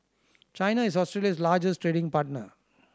China is Australia's largest trading partner